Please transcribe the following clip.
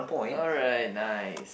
alright nice